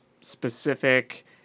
specific